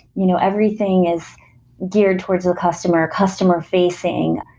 you know everything is geared towards the customer, customer-facing.